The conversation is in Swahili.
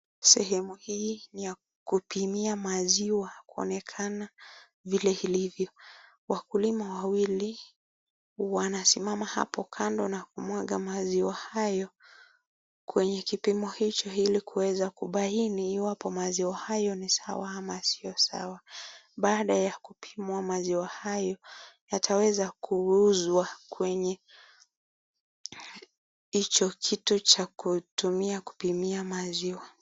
Sehemu hii ni ya kupimia maziwa kuonekana vile ilivyo. Wakulima wawili wanasimama hapo kando na kumwaga maziwa hayo kwenye kipimo hicho ili kuweza kubaini iwapo maziwa hayo ni sawa ama sio sawa. Baada ya kupimwa maziwa haya yataweza kuuzwa kwenye hicho kitu cha kutumia kupimia maziwa.